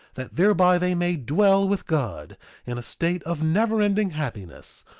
that thereby they may dwell with god in a state of never-ending happiness.